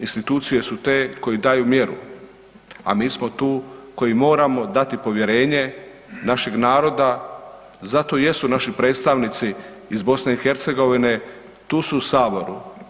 Institucije su te koji daju mjeru, a mi smo tu koji moramo dati povjerenje našeg naroda, zato jesu naši predstavnici iz BiH tu su u saboru.